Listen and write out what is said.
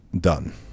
done